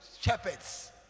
shepherds